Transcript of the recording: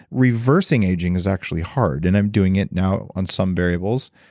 reversing aging is actually hard, and i'm doing it now on some variables,